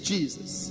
Jesus